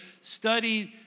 studied